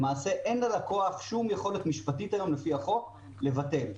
לפי החוק היום ללקוח למעשה אין שום יכולת משפטית לבטל.